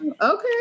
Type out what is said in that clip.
okay